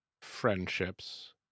friendships